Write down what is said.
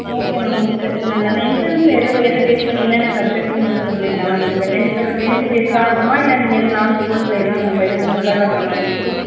okay ma'am ஒன்றும் பிரச்சனை இல்லை இந்த என்ட்ரன்ஸ் எதை பே எதை பேஸ் பண்ணி என்னென்ன சப்ஜெக்ட்டுன்னு மட்டும் சொல்லுறிங்களா மேம் இந்த டென்த்தோட டென்த்து பேஸ்டாக இருக்குமா இல்லை நீங்கள் எதுவும் லெவன்த் டுவெல்த்தில் எதுவும் நம்ப எதுவும் ப்ரிப்பேர் பண்ணுற மாதிரி இருக்குமா